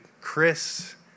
Chris